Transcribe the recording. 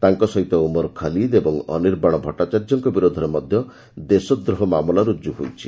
ତାଙ୍କ ସହିତ ଉମର ଖାଲିଦ ଓ ଅନିର୍ବାଣ ଭଟ୍ଟାଚାର୍ଯ୍ୟଙ୍କ ବିରୋଧରେ ମଧ୍ୟ ଦେଶ ଦ୍ରୋହ ମାମଲା ରୁଜୁ ହୋଇଛି